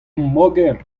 moger